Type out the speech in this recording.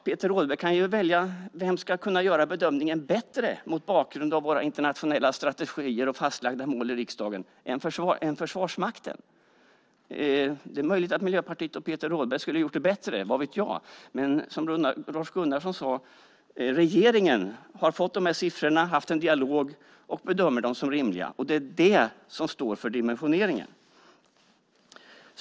Peter Rådberg, vem kan göra bedömningen bättre mot bakgrund av våra internationella strategier och fastlagda mål i riksdagen än Försvarsmakten? Det är möjligt att Peter Rådberg skulle ha gjort det bättre, vad vet jag? Men som Rolf Gunnarsson sade har regeringen fått dessa siffror, haft en dialog och bedömer dem som rimliga. Det är det som står för dimensioneringen.